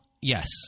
yes